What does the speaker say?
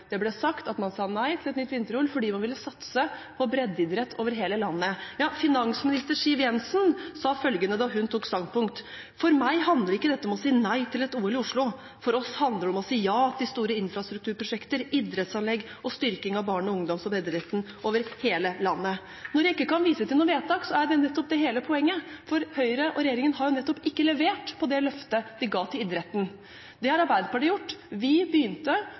Det ble sagt at man sa nei til et nytt vinter-OL fordi man ville satse på breddeidrett over hele landet. Finansminister Siv Jensen sa følgende da hun tok standpunkt: «For meg handler ikke dette om å si nei til et OL i Oslo. For oss handler det om å si ja til store infrastrukturprosjekter, idrettsanlegg, styrking av barne- ungdoms og breddeidrett i hele landet.» Når jeg ikke kan vise til noe vedtak, er jo det nettopp hele poenget, for Høyre og regjeringen har jo ikke levert på det løftet de ga til idretten. Det har Arbeiderpartiet gjort. Vi begynte